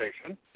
Station